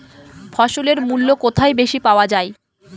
ফসলের মূল্য কোথায় বেশি পাওয়া যায়?